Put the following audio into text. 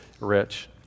rich